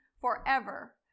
forever